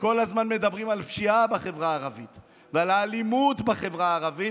וכל הזמן מדברים על הפשיעה בחברה הערבית ועל האלימות בחברה הערבית,